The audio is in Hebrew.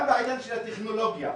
גם בעידן של הטכנולוגיה,